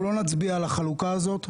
אנחנו לא נצביע על החלוקה הזאת.